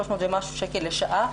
300 ומשהו שקל לשעה.